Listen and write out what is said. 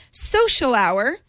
SOCIALHOUR